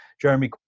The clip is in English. Jeremy